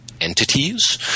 entities